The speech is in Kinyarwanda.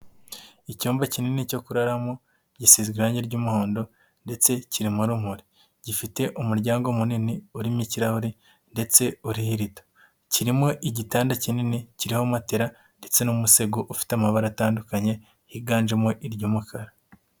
Icyumba kinini cyo kuraramo gisizwe irangi ry'umuhondo ndetse kirimo urumuri. Gifite umuryango munini urimo ikirahuri ndetse uriho irido. Kirimo igitanda kinini kiriho matera ndetse n'umusego ufite amabara atandukanye higanjemo iry'umukara.